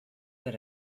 than